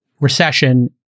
recession